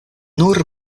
nur